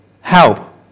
help